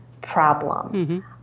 problem